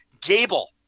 Gable